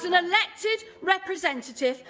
an elected representative,